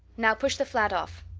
now push the flat off.